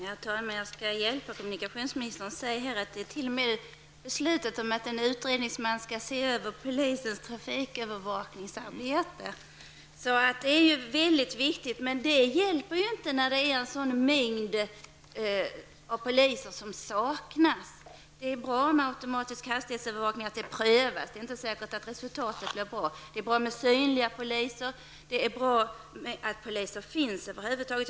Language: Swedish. Herr talman! Jag skall hjälpa kommunikationsminisern genom att upplysa om att det t.o.m. med är beslutat att en utredningsman skall se över polisens trafikövervakningsarbete. Detta är väldigt viktigt, men det hjälper ju inte när det saknas så många poliser. Det är bra att man prövar automatisk hastighetsövervakning, men det är inte säkert att resultatet blir bra. Det är bra med synliga poliser och att det över huvud taget finns poliser.